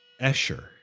Escher